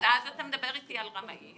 אז אתה מדבר אתי על רמאים,